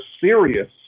serious